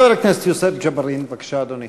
חבר הכנסת יוסף ג'בארין, בבקשה, אדוני.